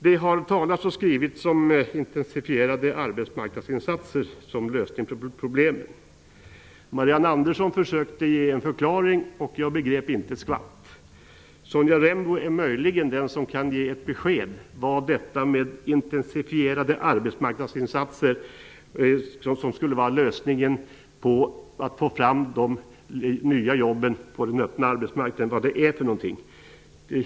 Det har talats och skrivits om intensifierade arbetsmarknadsinsatser som lösning på problemen. Marianne Andersson försökte ge en förklaring till detta, men jag begrep inte ett skvatt. Sonja Rembo kan möjligen ge ett besked om vari de intensifierade arbetsmarknadsinsatser som skulle leda fram till de nya jobben på arbetsmarknaden består av.